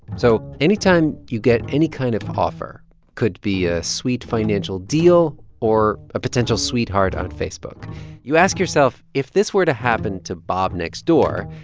so anytime you get any kind of offer could be a sweet financial deal or a potential sweetheart on facebook you ask yourself, if this were to happen to bob next door,